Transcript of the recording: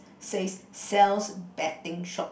says sells betting shop